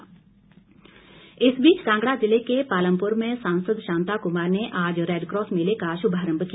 शांता कुमार इस बीच कांगड़ा जिले के पालमपुर में सांसद शांता कुमार ने आज रैडकॉस मेले का श्भारंभ किया